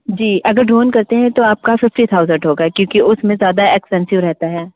जी अगर आप ड्रोन करते हैं तो आपका फिफ्टी थाउजेंड रहेगा क्योंकि उसमें ज़्यादा एक्सपेंसिव रहता है